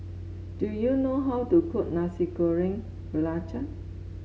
do you know how to cook Nasi Goreng Belacan